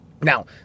Now